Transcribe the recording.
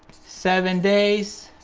seven days,